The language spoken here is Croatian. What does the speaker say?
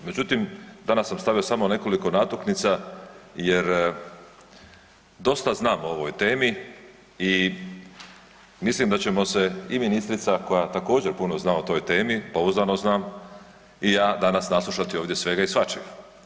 Međutim, danas sam stavio samo nekoliko natuknica jer dosta znam o ovoj temi i mislim da ćemo se i ministrica koja također puno zna o toj temi, pouzdano znam i ja danas naslušati ovdje svega i svačega.